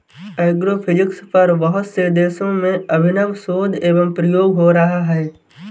agrophysics पर बहुत से देशों में अभिनव शोध एवं प्रयोग हो रहा है